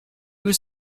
was